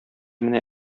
менә